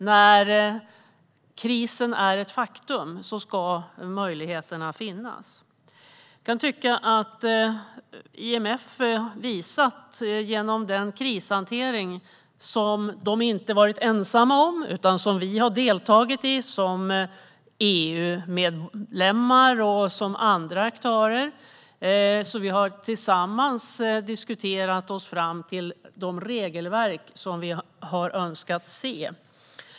När krisen är ett faktum ska möjligheterna finnas. IMF har inte varit ensam om krishanteringen. Vi, EU-medlemmar och andra aktörer har deltagit och tillsammans diskuterat oss fram till de regelverk som vi har önskat se.